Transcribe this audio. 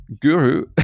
guru